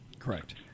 Correct